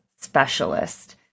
specialist